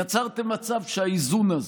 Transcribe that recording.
יצרתם מצב שהאיזון הזה,